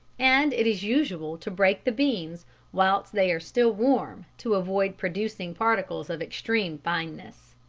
and it is usual to break the beans whilst they are still warm to avoid producing particles of extreme fineness.